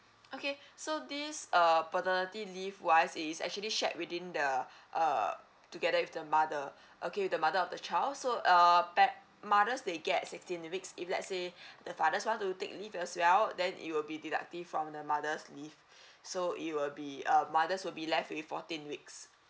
okay so this uh paternity leave wise is actually shared within the uh together with the mother okay the mother of the child so uh pat~ mothers they get sixteen weeks if let's say the father's want to take leave as well then it will be deducting from the mother's leave so it will be uh mother's will be left with fourteen weeks